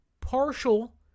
partial